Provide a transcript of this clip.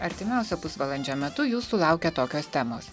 artimiausio pusvalandžio metu jūsų laukia tokios temos